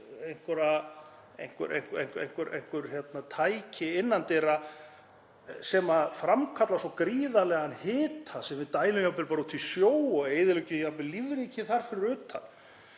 einhver tæki innan dyra sem framkalla svo gríðarlegan hita sem við dælum jafnvel bara út í sjó og eyðileggjum jafnvel lífríkið þar fyrir utan.